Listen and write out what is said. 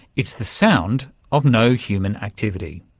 it's the sound of no human activity.